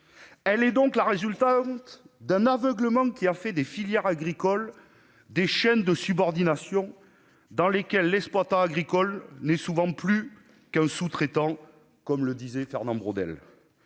Elle est la résultante d'un aveuglement, ayant fait des filières agricoles des « chaînes de subordination » dans lesquelles l'exploitant agricole n'est souvent plus qu'un « sous-traitant », comme le disait Fernand Braudel.